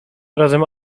razem